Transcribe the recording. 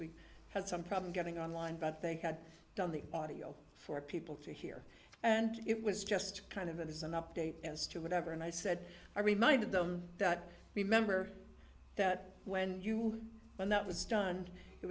we had some problem getting online but they had done the audio for people to hear and it was just kind of it is an update as to whatever and i said i reminded them that remember that when that was done it